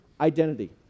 identity